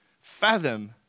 fathom